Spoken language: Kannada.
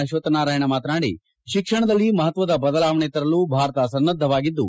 ಅಕ್ಷಕ್ಕ ನಾರಾಯಣ ಮಾತನಾಡಿ ಶಿಕ್ಷಣದಲ್ಲಿ ಮಹತ್ವದ ಬದಲಾವಣೆ ತರಲು ಭಾರತ ಸನ್ನದ್ಧವಾಗಿದ್ದು